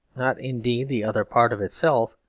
not, indeed, the other part of itself,